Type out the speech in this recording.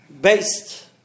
based